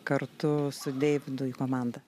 kartu su deividu į komandą